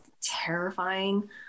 terrifying